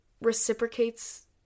reciprocates